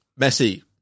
Messi